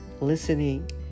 listening